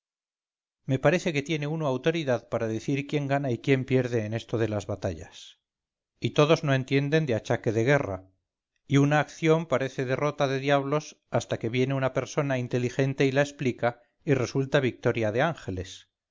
me parece que tiene uno autoridad para decir quién gana y quién pierde en esto de las batallas y todos no entienden de achaque de guerra y una acción parece derrota dediablos hasta que viene una persona inteligente y la explica y resulta victoria de ángeles